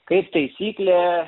kaip taisyklė